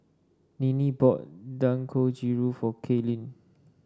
Ninnie bought Dangojiru for Kalyn